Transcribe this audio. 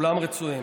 כולם רצויים.